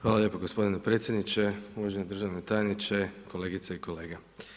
Hvala lijepo gospodine predsjedniče, uvaženi državni tajniče, kolegice i kolege.